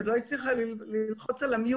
אני נלחמת על כל הקצאה באופן פרטני,